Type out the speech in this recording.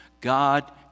God